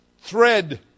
thread